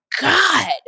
God